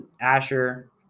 Asher